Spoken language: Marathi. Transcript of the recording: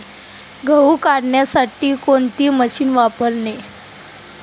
गहू काढण्यासाठी कोणते मशीन वापरावे?